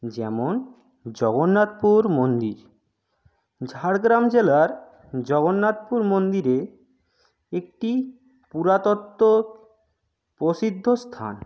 যেমন জগন্নাথপুর মন্দির ঝাড়গ্রাম জেলার জগন্নাথপুর মন্দিরে একটি পুরাতত্ত্ব প্রসিদ্ধ স্থান